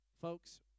Folks